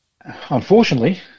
unfortunately